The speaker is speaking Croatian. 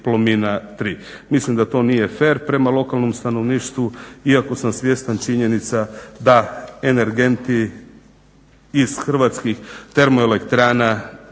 Mislim da to nije fer prema lokalnom stanovništvu iako sam svjestan činjenica da energenti iz hrvatskih termoelektrana